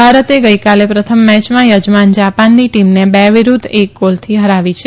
ભારતે ગઇકાલે પ્રથમ મેચમાં યજમાન જાપાનની ટીમને બે વિરૂદ્વ એક ગોલથી હરાવી છે